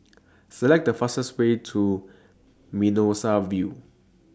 Select The fastest Way to Mimosa View